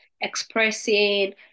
expressing